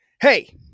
hey